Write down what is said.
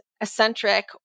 eccentric